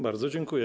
Bardzo dziękuję.